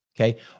Okay